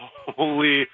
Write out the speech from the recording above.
Holy